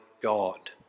God